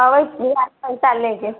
आबै छियौ हइया पैसा लेबै